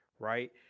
Right